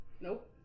Nope